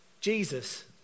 Jesus